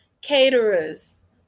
caterers